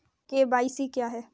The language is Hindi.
के.वाई.सी क्या है?